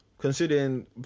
considering